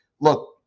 Look